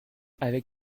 avec